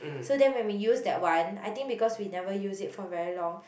so then when we use that one I think because we never use it for very long